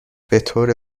بطور